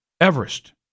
Everest